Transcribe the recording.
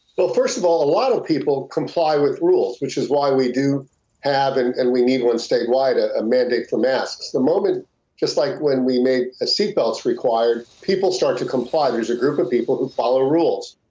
but first of all, a lot of people comply with rules, which is why we do have and and need a statewide ah ah mandate for masks. the moment just like when we made ah seat belts required, people start to comply. there's a group of people who follow rules.